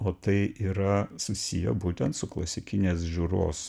o tai yra susiję būtent su klasikinės žiūros